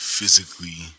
Physically